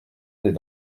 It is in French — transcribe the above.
des